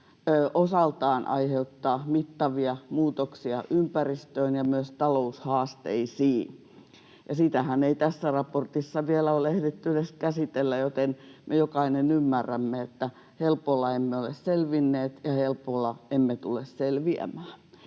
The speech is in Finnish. osaltaan aiheuttaa mittavia muutoksia ympäristöön ja myös taloushaasteisiin. Sitähän ei tässä raportissa vielä ole ehditty edes käsitellä, joten me jokainen ymmärrämme, että helpolla emme ole selvinneet ja helpolla emme tule selviämään.